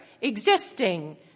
existing